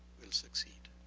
will succeed.